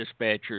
dispatchers